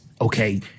okay